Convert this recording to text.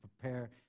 prepare